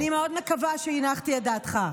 אני מאוד מקווה שהנחתי את דעתך.